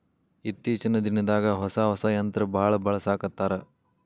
ಇತ್ತೇಚಿನ ದಿನದಾಗ ಹೊಸಾ ಹೊಸಾ ಯಂತ್ರಾ ಬಾಳ ಬಳಸಾಕತ್ತಾರ